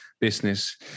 business